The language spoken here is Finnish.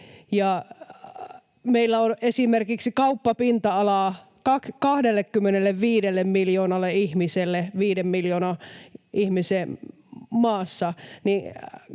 meillä on esimerkiksi kauppapinta-alaa 25 miljoonalle ihmiselle viiden